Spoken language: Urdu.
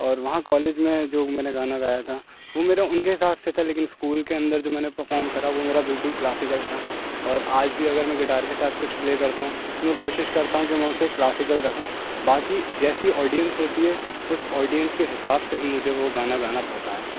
اور وہاں کالج میں جو میں نے گانا گایا تھا وہ میرا ان کے حساب سے تھا لیکن اسکول کے اندر جو میں نے پرفارم کرا وہ میرا بالکل کلاسیکل تھا اور آج بھی اگر میں گٹار کے ساتھ کچھ پلے کرتا ہوں تو میں کوشش کرتا ہوں کہ میں اسے کلاسیکل رہوں باقی جیسی آڈینس ہوتی ہے اس آڈینس کے حساب سے بھی مجھے وہ گانا گانا پڑتا ہے